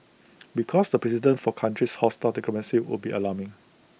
because the precedent for countries hostile democracy would be alarming